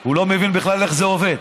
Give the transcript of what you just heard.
הוא לא מבין בכלל איך זה עובד.